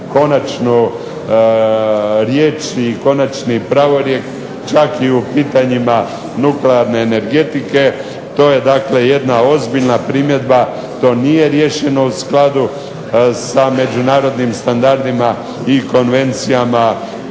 konačnu riječ ili konačni pravorijek čak i u pitanju nuklearne energetike, to je jedna ozbiljna primjedba, to nije riješeno u skladu sa međunarodnim standardima i konvencijama